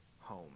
home